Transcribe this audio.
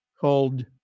Called